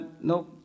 no